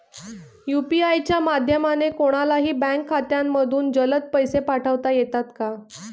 UPI च्या माध्यमाने कोणलाही बँक खात्यामधून जलद पैसे पाठवता येतात का?